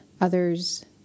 Others